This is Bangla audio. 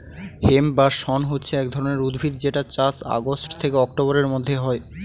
হেম্প বা শণ হচ্ছে এক ধরণের উদ্ভিদ যেটার চাষ আগস্ট থেকে অক্টোবরের মধ্যে হয়